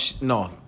no